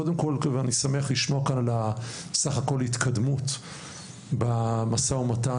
קודם כל, ואני שמח לשמוע על ההתקדמות במשא ומתן